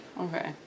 Okay